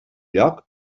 lloc